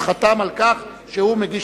חתם על כך שבהסכמתו,